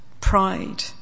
pride